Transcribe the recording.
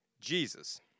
Jesus